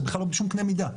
זה בכלל לא בשום קנה מידה.